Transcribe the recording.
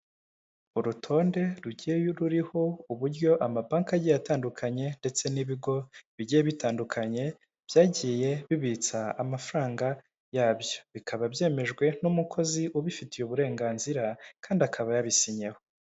Urutonde rugiye ruriho uburyo ama banki agiye atandukanye ndetse n'ibigo bigiye bitandukanye, byagiye bibitsa amafaranga yabyo. Bikaba byemejwe n'umukozi ubifitiye uburenganzira, kandi akaba yabisinyeho.